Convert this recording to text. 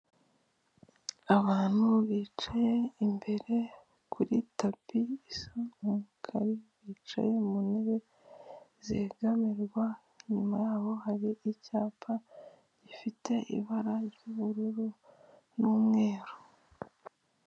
Abantu bicaye imbere kuri tapi isa umukara bicaye mu ntebe zegamirwa, inyuma yabo hari icyapa gifite ibara ry'ubururu n'umweru.